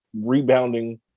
rebounding